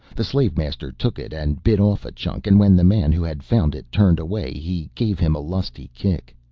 the slavemaster took it and bit off a chunk, and when the man who had found it turned away he gave him a lusty kick.